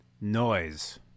noise